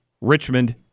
Richmond